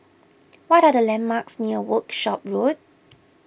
what are the landmarks near Workshop Road